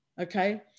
okay